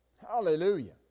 Hallelujah